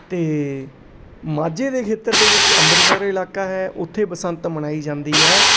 ਅਤੇ ਮਾਝੇ ਦੇ ਖੇਤਰ ਦੇ ਵਿੱਚ ਅੰਮ੍ਰਿਤਸਰ ਇਲਾਕਾ ਹੈ ਉੱਥੇ ਬਸੰਤ ਮਨਾਈ ਜਾਂਦੀ ਹੈ